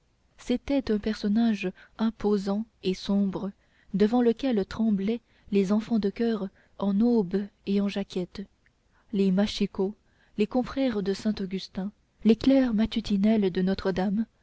c'était un personnage imposant et sombre devant lequel tremblaient les enfants de choeur en aube et en jaquette les machicots les confrères de saint-augustin les clercs matutinels de notre-dame